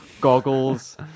Goggles